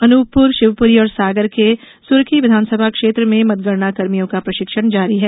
अनूपपुर शिवपुरी और सागर के सुरखी विधानसभा क्षेत्र में मतगणनाकर्मियों का प्रशिक्षण जारी है